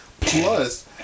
plus